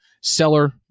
seller